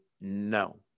no